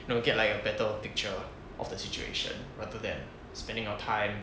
know get like a better picture of the situation rather than spending your time